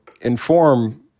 inform